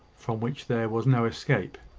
from which there was no escape.